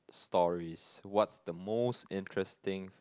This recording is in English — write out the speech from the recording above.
stories what's the most interesting